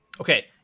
Okay